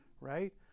Right